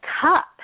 cup